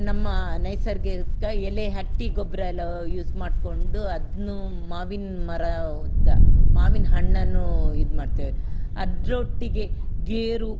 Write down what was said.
ನಮ್ಮ ನೈಸರ್ಗಿಕ ಎಲೆ ಹಟ್ಟಿಗೊಬ್ಬರ ಎಲ್ಲ ಯೂಸ್ ಮಾಡಿಕೊಂಡು ಅದ್ನೂ ಮಾವಿನ ಮರದ ಮಾವಿನ ಹಣ್ಣನ್ನು ಇದು ಮಾಡ್ತೇವೆ ಅದರೊಟ್ಟಿಗೆ ಗೇರು